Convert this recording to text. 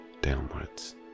downwards